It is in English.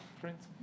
friends